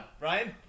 Ryan